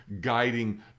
guiding